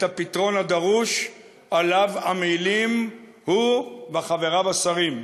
הפתרון הדרוש שעליו עמלים הוא וחבריו השרים: